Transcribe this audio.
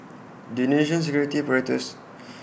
the Indonesian security apparatus